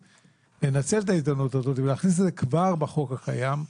לנצל את ההזדמנות הזאת ולהכניס את זה כבר בחוק הקיים,